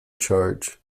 charge